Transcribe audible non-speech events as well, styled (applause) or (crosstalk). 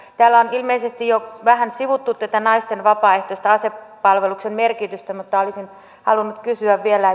täällä on ilmeisesti jo vähän sivuttu tätä naisten vapaaehtoisen asepalveluksen merkitystä mutta olisin halunnut kysyä vielä (unintelligible)